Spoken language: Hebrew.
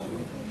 94),